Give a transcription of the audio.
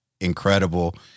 incredible